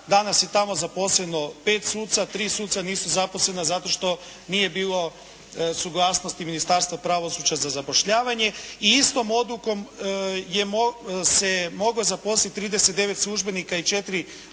Danas je tamo zaposleno 5 suca, 3 suca nisu zaposlena zato što nije bilo suglasnosti Ministarstva pravosuđa za zapošljavanje i istom odlukom se moglo zaposliti 39 službenika i 4 namještenika.